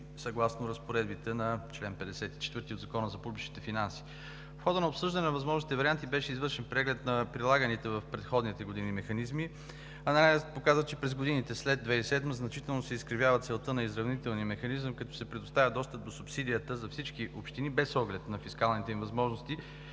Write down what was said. съгласно разпоредбата на чл. 54 от Закона за публичните финанси. В хода на обсъждането на възможните варианти беше извършен преглед на прилаганите в предходните години механизми. Анализът показа, че през годините след 2007 г. значително се изкривява целта на изравнителния механизъм, като се предоставя достъп до субсидията за всички общини без оглед на фискалните им възможности